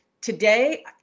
Today